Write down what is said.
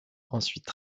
ensuite